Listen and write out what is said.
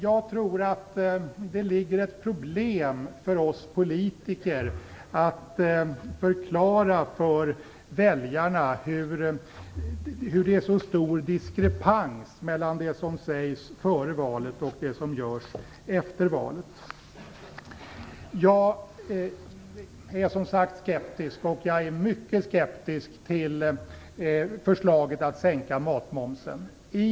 Jag tror alltså att vi politiker får ett stort problem med att förklara för väljarna varför det är så stor diskrepans mellan det som sägs före valet och det som görs efter valet. Jag är som sagt skeptisk. Till förslaget att sänka matmomsen är jag mycket skeptisk.